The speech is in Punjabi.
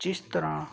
ਜਿਸ ਤਰ੍ਹਾਂ